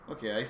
Okay